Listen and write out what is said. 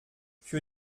für